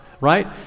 right